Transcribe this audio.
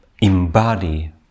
embody